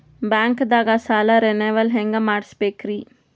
ಬ್ಯಾಂಕ್ದಾಗ ಸಾಲ ರೇನೆವಲ್ ಹೆಂಗ್ ಮಾಡ್ಸಬೇಕರಿ?